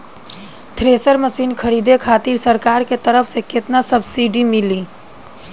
Thresher machine खरीदे खातिर सरकार के तरफ से केतना सब्सीडी मिली?